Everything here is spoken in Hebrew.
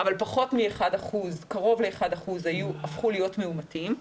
אבל קרוב ל-1% הפכו להיות מאומתים.